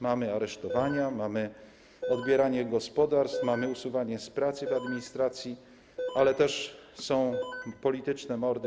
Mamy aresztowania, mamy odbieranie gospodarstw, mamy usuwanie z pracy w administracji, ale też codziennością są polityczne mordy.